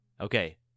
Okay